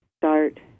start